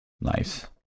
Nice